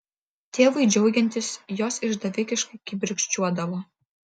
tėvui džiaugiantis jos išdavikiškai kibirkščiuodavo